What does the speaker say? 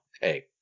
hey